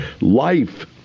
Life